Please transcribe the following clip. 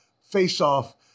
face-off